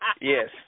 Yes